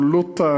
זו לא טענה.